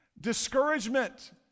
Discouragement